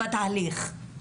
בתהליך.